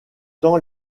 tant